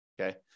okay